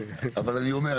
אבל אני אומר,